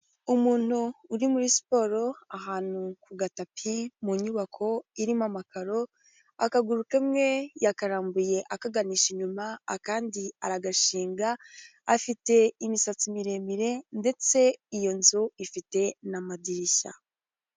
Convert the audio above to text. Umuntu uri muri siporo ahantu ku gatapi mu nyubako irimo amakaro, akaguru kamwe yakarambuye akaganisha inyuma akandi aragashinga, afite imisatsi miremire, ndetse iyo nzu ifite n'amadirishya.